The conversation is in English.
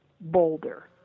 boulder